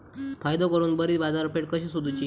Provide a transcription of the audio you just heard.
फायदो करून बरी बाजारपेठ कशी सोदुची?